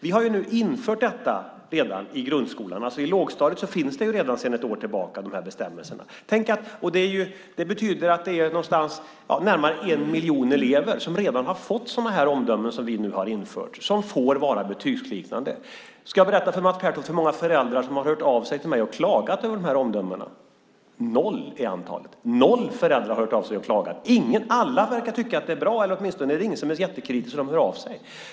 Vi har nu infört detta i grundskolan. I lågstadiet finns de här bestämmelserna sedan ett år tillbaka. Det betyder att det är närmare en miljon elever som redan har fått sådana här omdömen som vi nu har infört som får vara betygsliknande. Ska jag berätta för Mats Pertoft hur många föräldrar som har hört av sig till mig och klagat över dessa omdömen? Noll är antalet. Noll föräldrar har hört av sig och klagat. Alla verkar tycka att det är bra. Det är åtminstone inte några som är så kritiska att de hör av sig.